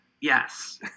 Yes